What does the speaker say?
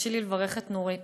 תרשי לי לברך את נורית.